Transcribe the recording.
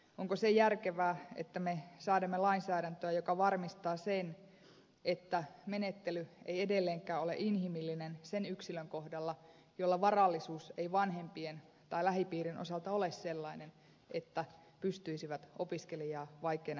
onko se järkevää että me säädämme lainsäädäntöä joka varmistaa sen että menettely ei edelleenkään ole inhimillinen sen yksilön kohdalla jolla varallisuus ei vanhempien tai lähipiirin osalta ole sellainen että pystyisivät opiskelijaa vaikeina hetkinä tukemaan